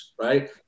right